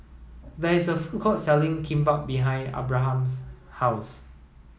there is a food court selling Kimbap behind Abraham's house